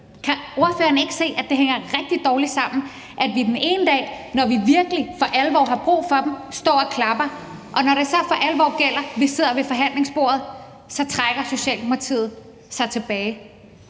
Kan ordføreren ikke se, at det hænger rigtig dårligt sammen, at vi den ene dag, når vi virkelig for alvor har brug for dem, står og klapper, mens Socialdemokratiet så den næste dag, når det så for alvor gælder og vi sidder ved forhandlingsbordet, trækker sig tilbage?